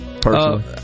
Personally